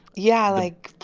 yeah. like,